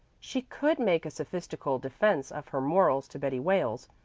she could make a sophistical defence of her morals to betty wales,